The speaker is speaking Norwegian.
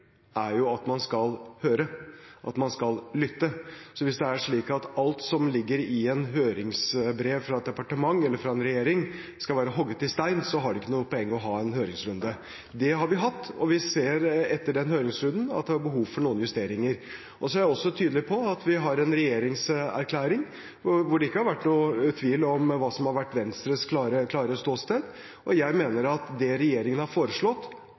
hvis det er slik at alt som ligger i et høringsbrev fra et departement eller fra en regjering, skal være hogd i stein, er det ikke noe poeng å ha en høringsrunde. Det har vi hatt, og vi ser etter den høringsrunden at det er behov for noen justeringer. Så er jeg også tydelig på at vi har en regjeringserklæring hvor det ikke har vært noen tvil om hva som har vært Venstres klare ståsted. Jeg mener at det regjeringen har foreslått,